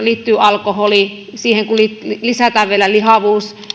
liittyy alkoholi ja kun siihen lisätään vielä lihavuus